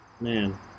Man